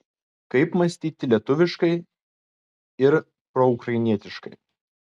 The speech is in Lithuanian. kaip mąstyti lietuviškai ir proukrainietiškai